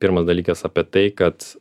pirmas dalykas apie tai kad